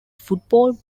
football